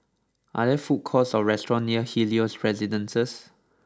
are there food courts or restaurants near Helios Residences